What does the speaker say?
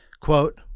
quote